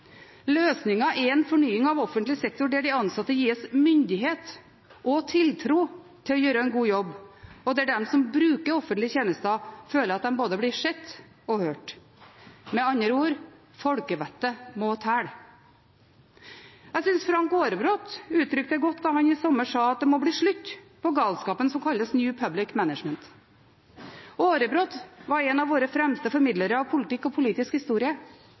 Løsningen er en fornying av offentlig sektor der de ansatte gis myndighet og tiltro til å gjøre en god jobb, og der de som bruker offentlige tjenester, føler at de blir både sett og hørt. Med andre ord: Folkevettet må telle. Jeg synes Frank Aarebrot uttrykte det godt da han i sommer sa at det må bli slutt på galskapen som kalles New Public Management. Aarebrot var en av våre fremste formidlere av politikk og politisk historie,